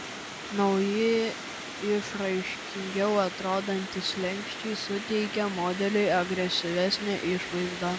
nauji išraiškingiau atrodantys slenksčiai suteikia modeliui agresyvesnę išvaizdą